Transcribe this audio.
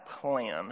plan